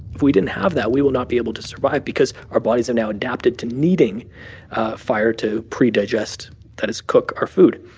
if we didn't have that, we would not be able to survive because our bodies have now adapted to needing fire to predigest that is, cook our food.